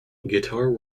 guitar